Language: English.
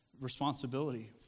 responsibility